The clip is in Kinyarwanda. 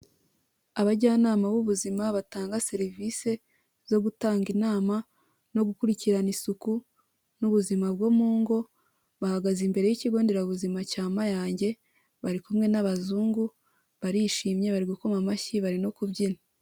Abajyanama b'ubuzima batanga serivise zo gutanga inama no gukurikirana isuku n'ubuzima bwo mu ngo, bahagaze imbere y'ikigo nderabuzima cya Mayange, bari kumwe n'abazungu, barishimye, bari gukoma amashyi, bari no kubyina.